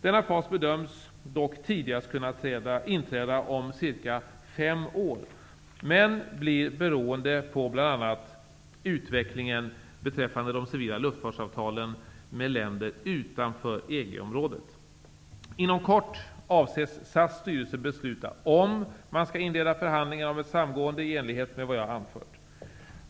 Denna fas bedöms dock tidigast kunna inträda om cirka 5 år, men blir beroende på bl.a. utvecklingen beträffande de civila luftfartsavtalen med länder utanför EG-området. Inom kort avser SAS styrelse besluta om man skall inleda förhandlingar om ett samgående i enlighet med vad jag har anfört.